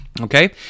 okay